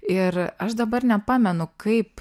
ir aš dabar nepamenu kaip